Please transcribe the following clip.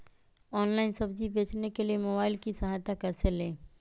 Online सब्जी बेचने के लिए मोबाईल की सहायता कैसे ले?